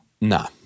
No